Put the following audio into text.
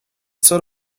sort